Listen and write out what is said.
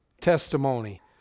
testimony